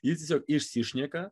jis tiesiog išsišneka